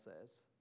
says